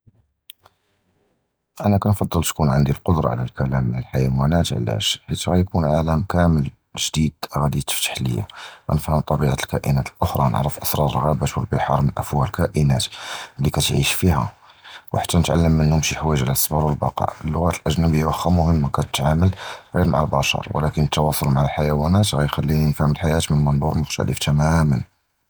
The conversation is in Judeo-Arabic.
אָנָא קִנְפַצֵל תְּקוּן עַנְדִי הַקֻּדְרָה עַל הַכְּלֵם מַעַ הַחַיַוַאנַאת, עַלַאש? חִית גִיר קוֹל עָלַם קַאמֶל גְּדִיד גַּאדִי יִתְפַתַח לִיָּא, גִנְפְהַם טַבִיעַת הַקָּאִינַאת הָאַחְרָה, נַעְרַף אֻסְרַאר הַגְּ'אבָּאת וְהַבַּחַאר מִן אַפוּא הַקָּאִינַאת לִי קִתְעַיש פִיהָ, וְחַתַּּא נִתְעַלַּם מִןְהוּם שִי חַוַאיְג עַל הַצַּבְּר וְהַבִּקָּאא, הַלּוּגוֹת הַאִזְ'נִיבִיָּה וְלָקִין מֻهِמָּה קִתְתַעַמַל גִיר מַעַ הַבַּשַר, וְלָקִין הַתְּוַאסְל מַעַ הַחַיַוַאנַאת קִיְכַלִינִי נִפְהַם הַחַיַאת מִן מַנְזוּר מֻכְתַלֵף תַּמָּא.